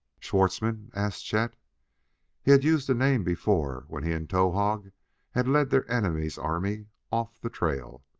schwartzmann? asked chet. he had used the name before when he and towahg had led their enemy's army off the trail.